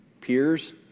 peers